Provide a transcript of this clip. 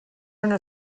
una